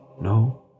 no